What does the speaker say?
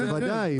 בוודאי.